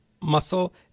muscle